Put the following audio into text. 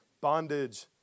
bondage